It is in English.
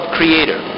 Creator